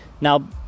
now